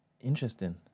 Interesting